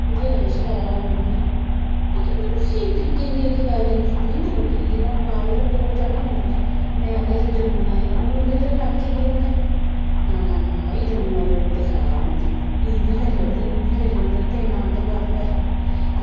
बत्थेरा किश करा दा ओह् बी लेकिन मतलब कि स्हेई तरीके दी इक गाइडेंस देन ना लोकें गी जि'यां हून बाह्र दे लोकें कोल जाह्गे नी तुस उ'नें गी आखगे कि अस जम्मू दा आए उंदे च सारें च केह् होंदा कि ना ना ना एह् जम्मू आह्ले लोग बड़े खराब होंदे इ'यां करी ओड़दे उ'यां करी ओड़दे उत्थें इ'न्ना आंतकवाद फैले दा